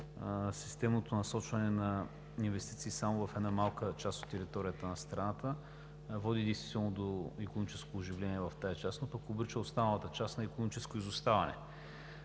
системното насочване на инвестиции само в една малка част от територията на страната води до икономическо оживление в тази част, но пък обрича останалата част на икономическо изоставане.